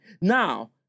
Now